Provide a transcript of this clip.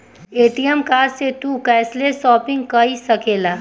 ATM card से तू cashless shopping कई सकेला